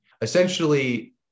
essentially